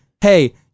hey